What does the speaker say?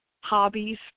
hobbies